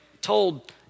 told